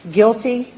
guilty